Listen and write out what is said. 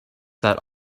that